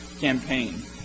campaign